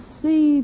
see